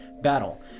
battle